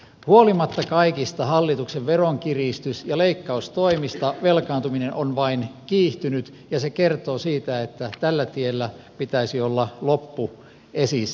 huolimatta kaikista hallituksen veronkiristys ja leikkaustoimista velkaantuminen on vain kiihtynyt ja se kertoo siitä että tällä tiellä pitäisi olla loppu esissä